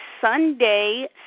Sunday